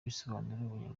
bisobanuye